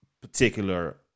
particular